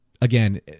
again